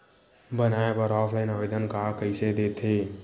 बनाये बर ऑफलाइन आवेदन का कइसे दे थे?